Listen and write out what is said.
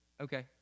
Okay